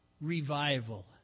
revival